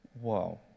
Wow